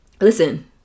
Listen